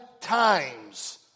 times